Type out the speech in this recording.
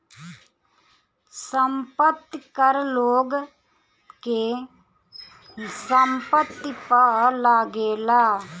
संपत्ति कर लोग के संपत्ति पअ लागेला